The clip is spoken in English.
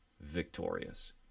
victorious